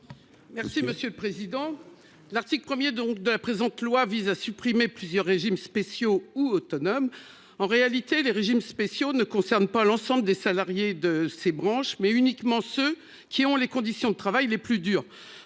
Monge, pour la motion. L'article 1 du projet de loi vise à supprimer plusieurs régimes spéciaux ou autonomes. En réalité, les régimes spéciaux concernent non pas l'ensemble des salariés de ces branches, mais uniquement ceux qui ont les conditions de travail les plus dures.